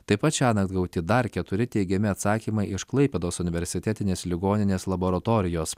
taip pat šiąnakt gauti dar keturi teigiami atsakymai iš klaipėdos universitetinės ligoninės laboratorijos